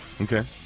okay